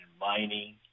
mining